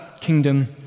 kingdom